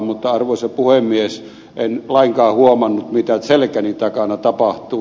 mutta arvoisa puhemies en lainkaan huomannut mitä selkäni takana tapahtui